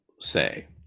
say